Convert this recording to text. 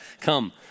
Come